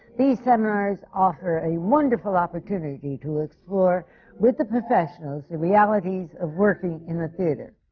these seminars offer a wonderful opportunity to explore with the professionals the realities of working in the theatre.